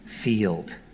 field